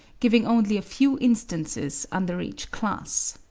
giving only a few instances under each class.